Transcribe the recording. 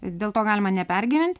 dėl to galima nepergyvent